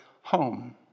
home